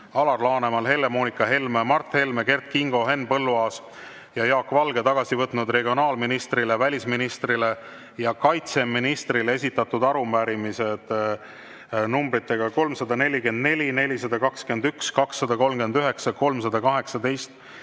Alar Laneman, Helle-Moonika Helme, Mart Helme, Kert Kingo, Henn Põlluaas ja Jaak Valge tagasi võtnud regionaalministrile, välisministrile ja kaitseministrile esitatud arupärimised numbritega 344, 421, 239, 318,